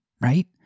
right